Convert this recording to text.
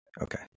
Okay